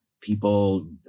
people